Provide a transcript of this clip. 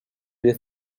you